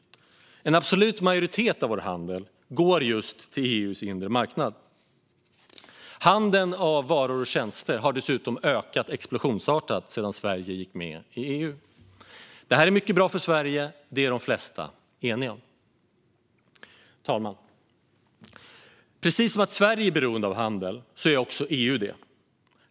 En absolut majoritet av vår handel går just till EU:s inre marknad. Handeln med varor och tjänster har dessutom ökat explosionsartat sedan Sverige gick med i EU. Att detta är mycket bra för Sverige är de flesta eniga om. Fru talman! Precis som att Sverige är beroende av handel är även EU det.